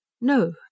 No